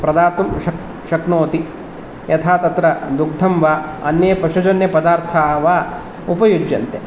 प्रदातुं शक् शक्नोति यथा तत्र दुग्धं वा अन्ये पशुजन्यपदार्थाः वा उपयुज्यन्ते